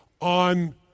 on